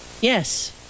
Yes